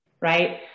right